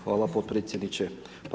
Hvala potpredsjedniče.